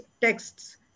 texts